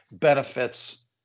benefits